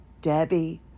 Debbie